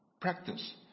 practice